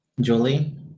Julie